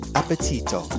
appetito